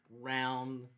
round